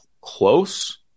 close